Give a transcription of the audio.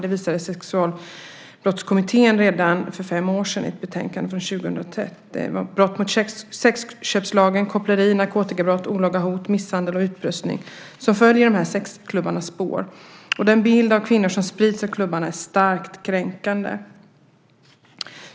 Det visade Sexualbrottskommittén redan för fem år sedan, år 2001, i ett betänkande om brott mot sexköpslagen, koppleri, narkotikabrott, olaga hot, misshandel och utpressning, som följer i sexklubbarnas spår. Den bild som klubbarna sprider av kvinnor är starkt kränkande.